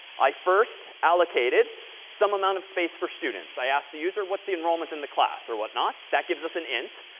i first allocated some amount of space for student. i asked the user what's the enrollment in the class or whatnot? that gives us an int.